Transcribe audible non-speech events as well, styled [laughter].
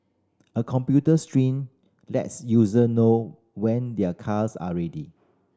a computer [unintelligible] lets user know when their cars are ready